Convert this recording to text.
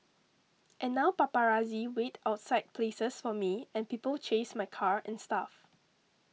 and now paparazzi wait outside places for me and people chase my car and stuff